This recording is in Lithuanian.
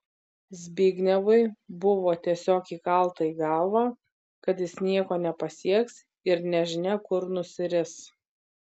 zbignevui buvo tiesiog įkalta į galvą kad jis nieko nepasieks ir nežinia kur nusiris